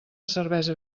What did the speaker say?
cervesa